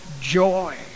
joy